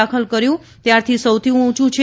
દાખલ કર્યું ત્યારથી સૌથી ઉંયુ છે